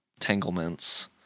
tanglements